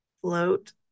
float